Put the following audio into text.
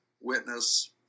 witness